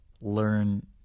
learn